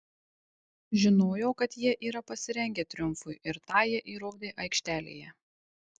žinojau kad jie yra pasirengę triumfui ir tą jie įrodė aikštelėje